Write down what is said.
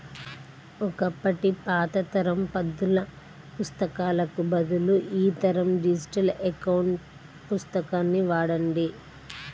ఒకప్పటి పాత తరం పద్దుల పుస్తకాలకు బదులు ఈ తరం డిజిటల్ అకౌంట్ పుస్తకాన్ని వాడండి